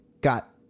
got